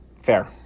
Fair